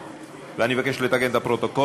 ואני מבקש לתקן את הפרוטוקול.